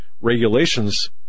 regulations